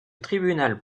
tribunal